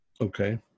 Okay